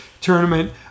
tournament